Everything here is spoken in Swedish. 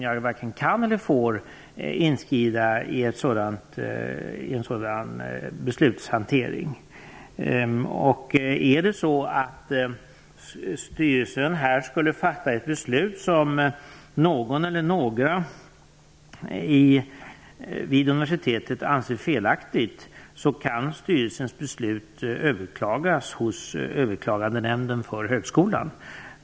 Jag varken kan eller får inskrida i en sådan beslutshantering. Om styrelsen skulle fatta ett beslut som någon eller några vid universitetet anser vara felaktigt, kan styrelsens beslut överklagas hos Överklagandenämnden för högskolan.